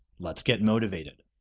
let's get motivated!